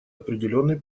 определенный